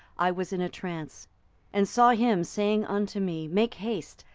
i was in a trance and saw him saying unto me, make haste,